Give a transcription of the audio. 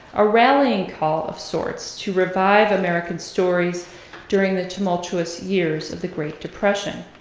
a rallying call of sorts to revive american stories during the tumultuous years of the great depression.